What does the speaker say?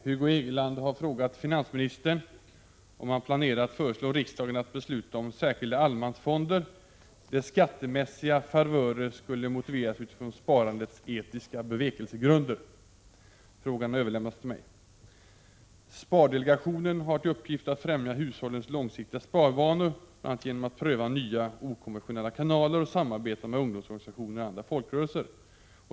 Herr talman! Hugo Hegeland har frågat finansministern om han planerar att föreslå riksdagen att besluta om särskilda allemansfonder, där skattemässiga favörer skulle motiveras utifrån sparandets etiska bevekelsegrunder. Frågan har överlämnats till mig. Spardelegationen har till uppgift att främja hushållens långsiktiga sparvanor, bl.a. genom att pröva nya, okonventionella kanaler och samarbeta med ungdomsorganisationer och andra folkrörelser.